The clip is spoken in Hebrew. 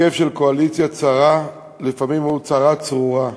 הרכב של קואליציה צרה לפעמים הוא צרה צרורה.